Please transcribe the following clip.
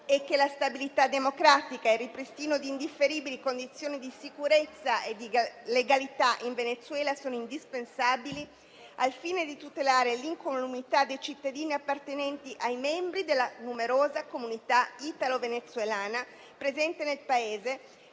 e che la stabilità democratica e il ripristino di indifferibili condizioni di sicurezza e di legalità in Venezuela sono indispensabili, al fine di tutelare l'incolumità dei cittadini appartenenti ai membri della numerosa comunità italo-venezuelana presente nel Paese,